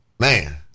Man